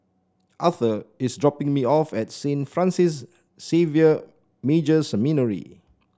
Aurthur is dropping me off at Saint Francis Xavier Major Seminary